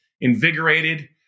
invigorated